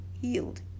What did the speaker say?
healed